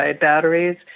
batteries